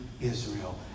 Israel